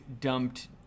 dumped